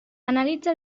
analitza